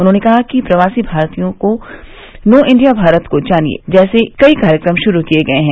उन्होंने कहा कि प्रवासी भारतियों के नो इण्डिया भारत को जानिए जैसे कई कार्यक्रम शुरू किए गये हैं